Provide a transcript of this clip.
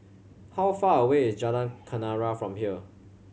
how far away is Jalan Kenarah from here